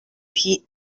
pete